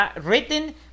written